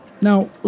Now